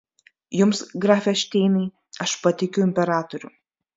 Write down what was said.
jums grafe šteinai aš patikiu imperatorių